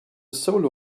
solo